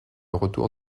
retour